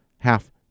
half